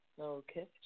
Okay